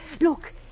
Look